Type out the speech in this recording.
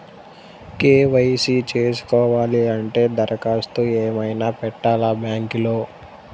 KYC చేయించుకోవాలి అంటే దరఖాస్తు ఏమయినా పెట్టాలా బ్యాంకులో?